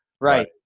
Right